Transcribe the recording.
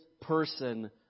person